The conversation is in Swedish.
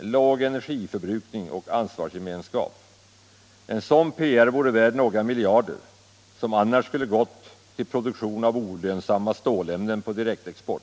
låga energiförbrukning och ansvarsgemenskap. En sådan PR vore värd några miljarder, som annars skulle gått till produktion av olönsamma stålämnen på direktexport.